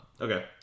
Okay